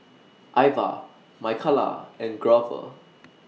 Ivah Michaela and Grover